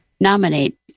nominate